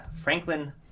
Franklin